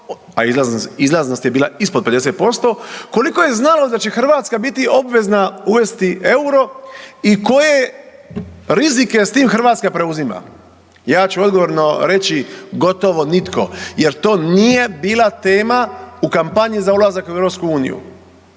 a izlaznost je bila ispod 50%, koliko je znalo da će Hrvatska biti obvezna uvesti EUR-o i koje rizike s tim Hrvatska preuzima? Ja ću odgovorno reći gotovo nitko jer to nije bila tema u kampanji za ulazak u EU.